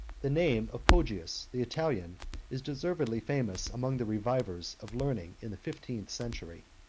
the name of poggius the italian is deservedly famous among the revivers of learning in the fifteenth century.